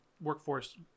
Workforce